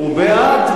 הוא בעד.